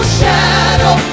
shadow